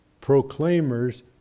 proclaimers